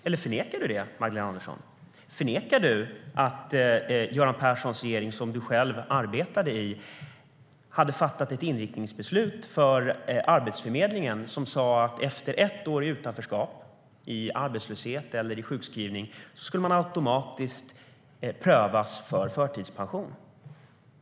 Eller förnekar du det? Förnekar du att Göran Perssons regering, som du själv arbetade i, fattade ett inriktningsbeslut för Arbetsförmedlingen som innebar att man efter ett år i utanförskap, i arbetslöshet eller sjukskrivning, automatiskt skulle prövas för förtidspension?